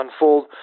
unfold